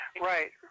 Right